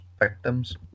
victims